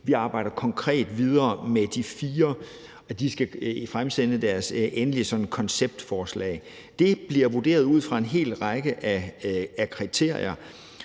Vi arbejder konkret videre med de fire, og der skal de fremsende deres endelige konceptforslag. Det bliver vurderet ud fra en hel række kriterier,